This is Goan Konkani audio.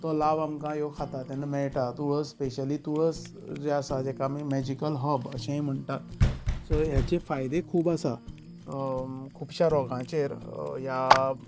तो लाभ आमकां ह्यो खातात तेन्ना मेळटा तुळस स्पेशली तुळस जी आसा जेका आमी मेजीकल हर्ब अशेंय म्हणटात से हेचे फायदे खूब आसा खुबश्या रोगांचेर ह्या